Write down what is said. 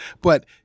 but-